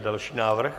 Další návrh?